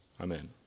amen